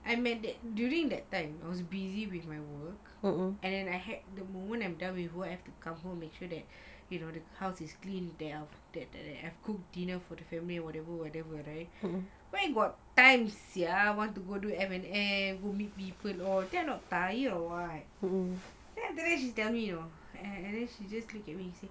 I meant that during that time I was busy with my work and then I had the moment I'm done with work I have to come home to make sure that you know the house is clean there are that I cook dinner for the family or whatever whatever right where got time sia want to go do M_L_M meet people all you think I'm not tired or what then after that she tell me you know she just looked at me